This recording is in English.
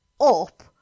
up